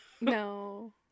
no